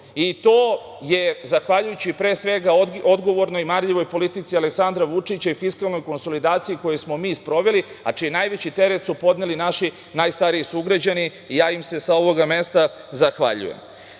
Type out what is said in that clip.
To je zahvaljujući, pre svega, odgovornoj, marljivoj politici Aleksandra Vučića i fiskalnoj konsolidaciji koju smo mi sproveli, a najveći teret su podneli naši najstariji sugrađani, a ja im se sa ovoga mesta zahvaljujem. Kada